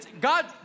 God